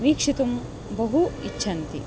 वीक्षितुं बहु इच्छन्ति